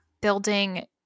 building